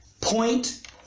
point